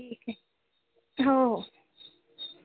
ठीक आहे हो